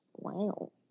Wow